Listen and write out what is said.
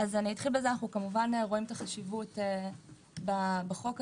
אנו כמובן רואים חשיבות בחוק הזה,